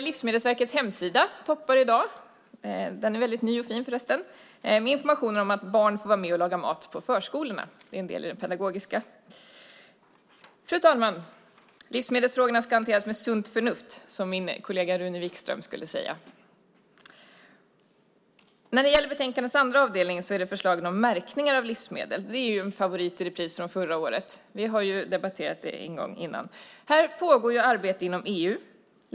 Livsmedelsverkets nya fina hemsida toppar i dag med information om att barn får vara med och laga mat på förskolorna. Det är en del i det pedagogiska. Fru talman! Livsmedelsfrågorna ska hanteras med sunt förnuft, som min kollega Rune Wikström skulle säga. När det gäller betänkandets andra avdelning, förslagen om märkningar av livsmedel, är det en favorit i repris från förra året. Vi har debatterat det en gång innan. Här pågår arbete inom EU.